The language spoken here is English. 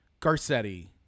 Garcetti